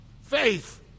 Faith